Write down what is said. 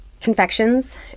confections